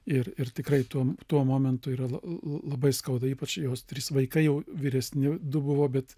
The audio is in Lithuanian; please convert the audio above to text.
ir ir tikrai tuom tuo momentu yra labai skauda ypač jos trys vaikai jau vyresni du buvo bet